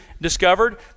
discovered